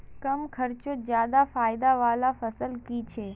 कम खर्चोत ज्यादा फायदा वाला फसल की छे?